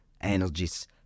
energies